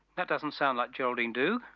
that doesn't sound like geraldine doogue.